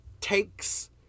takes